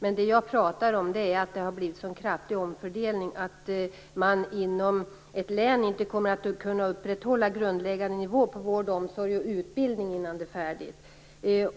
Vad jag menar är att det har blivit en så kraftig omfördelning att man inom ett län inte kommer att kunna upprätthålla den grundläggande nivån för vård, omsorg och utbildning innan det här är färdigt.